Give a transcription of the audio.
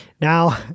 now